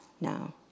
no